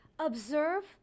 Observe